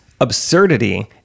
absurdity